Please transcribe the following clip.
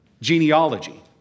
Genealogy